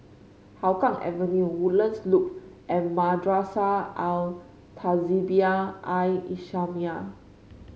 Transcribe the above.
Hougang Avenue Woodlands Loop and Madrasah Al Tahzibiah I islamiah